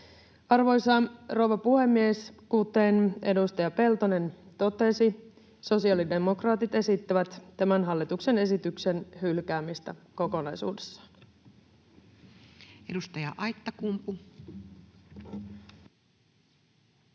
Arvoisa rouva puhemies! Kuten edustaja Peltonen totesi, sosiaalidemokraatit esittävät tämän hallituksen esityksen hylkäämistä kokonaisuudessaan. Edustaja Aittakumpu.